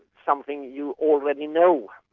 something you already know,